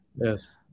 Yes